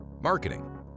marketing